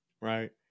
Right